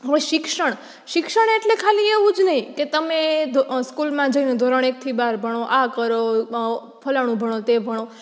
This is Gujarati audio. હો શિક્ષણ શિક્ષણ એટલે ખાલી એવું જ નહીં કે તમે ધો સ્કૂલમાં જઈને ધોરણ એકથી બાર ભણો આ કરો ફલાણું ભણો તે ભણો